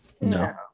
no